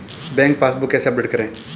Bank passbook कैसे update करें?